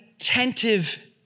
attentive